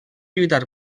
lluitar